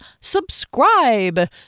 subscribe